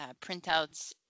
printouts